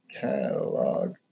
catalog